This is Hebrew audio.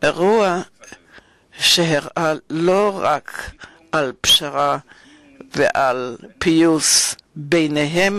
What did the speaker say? אירוע שסימל לא רק פשרה ופיוס ביניהם,